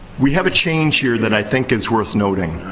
we have a change here that i think is worth noting.